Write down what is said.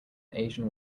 asian